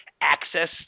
access